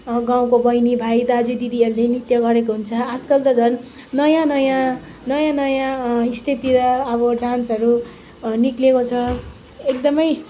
गाउँको बहिनी भाइ दाजु दिदीहरूले नृत्य गरेको हुन्छ आजकल त झन नयाँ नयाँ नयाँ नयाँ स्टेटतिर अब डान्सहरू निक्लेको छ एकदमै